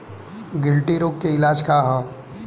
गिल्टी रोग के इलाज का ह?